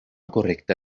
correcta